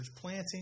planting